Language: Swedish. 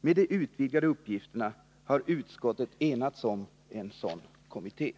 Med de utvidgade uppgifterna har utskottet enats om att föreslå en sådan kommitté.